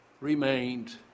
remained